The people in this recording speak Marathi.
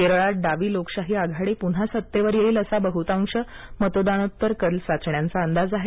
केरळात डावी लोकशाही आघाडी पुन्हा सत्तेवर येईलं असा बहुतांश मतदानोत्तर कल चाचण्यांचा अंदाज आहे